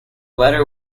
letter